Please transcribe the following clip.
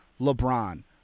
LeBron